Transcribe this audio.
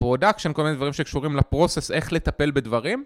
פרודקשן כל מיני דברים שקשורים לפרוסס איך לטפל בדברים